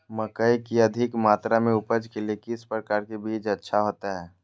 मकई की अधिक मात्रा में उपज के लिए किस प्रकार की बीज अच्छा होता है?